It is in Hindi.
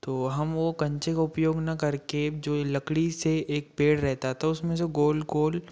तो हम वो कंचे को उपयोग न करके जो ये लकड़ी से एक पेड़ रहता था उसमें जो गोल गोल